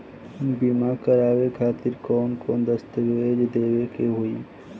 बीमा करवाए खातिर कौन कौन दस्तावेज़ देवे के होई?